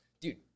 Dude